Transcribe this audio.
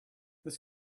this